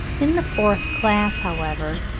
in the fourth class, however,